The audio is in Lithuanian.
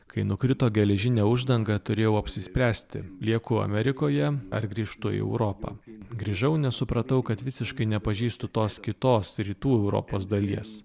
kai nukrito geležinė uždanga turėjau apsispręsti lieku amerikoje ar grįžtu į europą grįžau nes supratau kad visiškai nepažįstu tos kitos rytų europos dalies